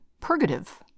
purgative